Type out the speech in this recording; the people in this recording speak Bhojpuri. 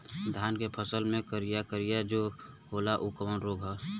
धान के फसल मे करिया करिया जो होला ऊ कवन रोग ह?